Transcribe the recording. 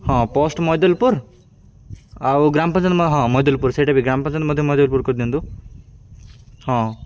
ହଁ ପୋଷ୍ଟ ମୈଦଲପୁର ଆଉ ଗ୍ରାମପଞ୍ଚାୟତ ହଁ ମୈଦଲପୁର ସେଇଟା ବି ଗ୍ରାମପଞ୍ଚାୟତ ମଧ୍ୟ ମୈଦଲପୁର କରିଦିଅନ୍ତୁ ହଁ